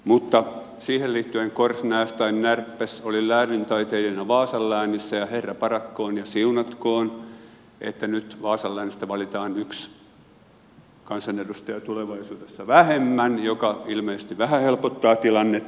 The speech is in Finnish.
mutta siihen liittyen korsnäs tai närpes olin läänintaiteilijana vaasan läänissä ja herra paratkoon ja siunatkoon että nyt vaasan läänistä valitaan yksi kansanedustaja tulevaisuudessa vähemmän mikä ilmeisesti vähän helpottaa tilannetta